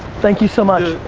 thank you so much.